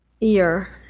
ear